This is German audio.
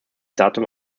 datum